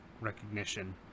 recognition